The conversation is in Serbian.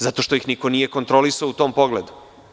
Zato što ih niko nije kontrolisao u tom pogledu.